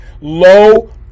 low